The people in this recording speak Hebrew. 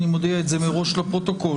אני מודיע את זה מראש לפרוטוקול,